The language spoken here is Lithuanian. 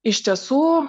iš tiesų